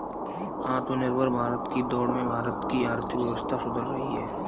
आत्मनिर्भर भारत की दौड़ में भारत की आर्थिक व्यवस्था सुधर रही है